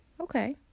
Okay